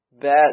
bad